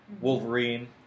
Wolverine